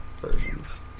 versions